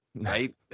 right